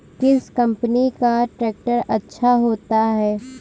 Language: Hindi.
किस कंपनी का ट्रैक्टर अच्छा होता है?